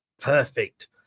Perfect